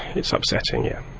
it's upsetting, yes.